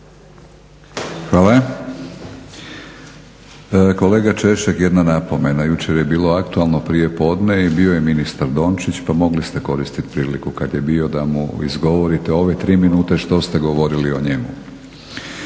Hvala. Kolega Češek, jedna napomena. Jučer je bilo aktualno prijepodne i bio je ministar Dončić, pa mogli ste koristiti priliku kad je bio da mu izgovorite ove tri minute što ste govorili o njemu.